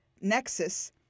Nexus